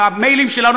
המיילים שלנו,